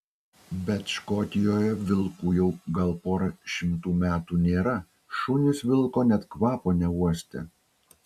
bet škotijoje vilkų jau gal pora šimtų metų nėra šunys vilko net kvapo neuostę